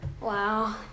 Wow